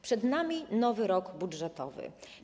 Przed nami nowy rok budżetowy.